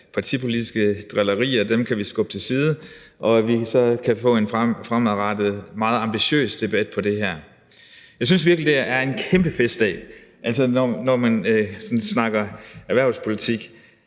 partipolitiske drillerier kan skubbes til side, og at vi fremadrettet kan få en meget ambitiøs debat om det her. Jeg synes virkelig, det er en kæmpe festdag, altså når man sådan snakker erhvervspolitik.